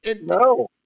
No